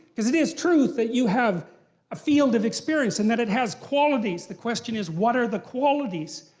because it is true that you have a field of experience and that it has qualities. the question is what are the qualities?